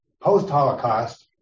post-Holocaust